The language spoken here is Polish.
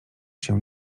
się